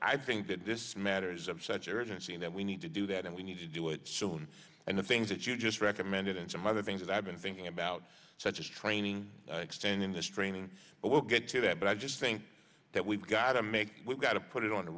i think that this matter is of such urgency that we need to do that and we need to do it soon and the things that you just recommended and some other things that i've been thinking about such as training extending this training but we'll get to that but i just think that we've got to make we've got to put it on the